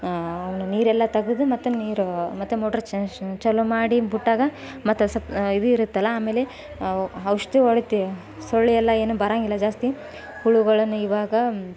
ಅವನ್ನ ನೀರೆಲ್ಲ ತೆಗೆದು ಮತ್ತೆ ನೀರು ಮತ್ತೆ ಮೋಟ್ರು ಚಾಲು ಮಾಡಿ ಬಿಟ್ಟಾಗ ಮತ್ತೆ ಸ್ವಲ್ಪ್ ಇದು ಇರುತ್ತಲ್ಲ ಆಮೇಲೆ ಔಷಧಿ ಹೊಡಿತೀವಿ ಸೊಳ್ಳೆಯೆಲ್ಲ ಏನೂ ಬರೋಂಗಿಲ್ಲ ಜಾಸ್ತಿ ಹುಳಗಳನ್ನು ಇವಾಗ